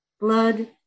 blood